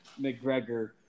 McGregor